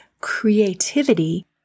creativity